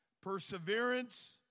perseverance